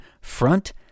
Front